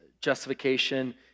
justification